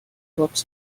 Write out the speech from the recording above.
looks